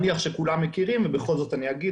אני מניח שכולם מכירים, ובכל זאת אגיד.